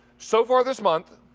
so far this month,